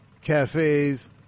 cafes